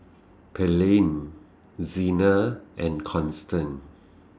Pearlie Zena and Constance